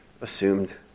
assumed